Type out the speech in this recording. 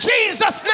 Jesus